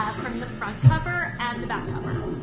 ah from the front cover and the back cover.